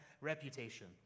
reputation